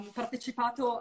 partecipato